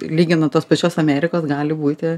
lyginant tos pačios amerikos gali būti